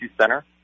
center